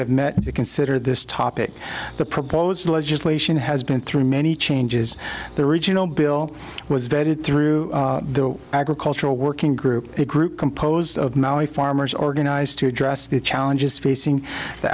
have met to consider this topic the proposed legislation has been through many changes the original bill was vetted through the agricultural working group a group composed of maui farmers organized to address the challenges facing the